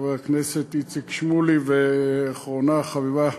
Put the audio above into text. חבר הכנסת איציק שמולי, ואחרונה חביבה,